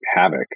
havoc